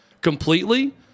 completely